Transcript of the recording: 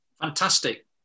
Fantastic